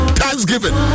thanksgiving